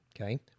okay